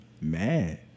Mad